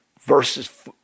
Verses